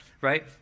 right